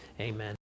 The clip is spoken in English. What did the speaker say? Amen